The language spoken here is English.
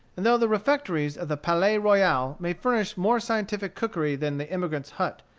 and though the refectories of the palais royal may furnish more scientific cookery than the emigrant's hut,